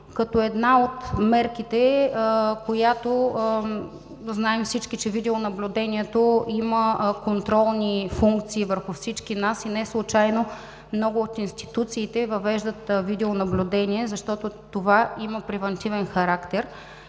като една от мерките, както знаем всички, видеонаблюдението има контролни функции върху всички нас и не случайно много от институциите въвеждат видеонаблюдение, защото това има превантивен характер.